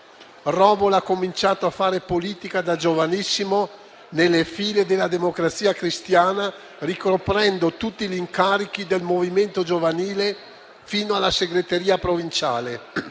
Robol ha cominciato a fare politica da giovanissimo nelle file della Democrazia Cristiana, ricoprendo tutti gli incarichi del movimento giovanile, fino alla segreteria provinciale.